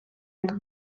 jak